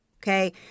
Okay